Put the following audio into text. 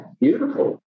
beautiful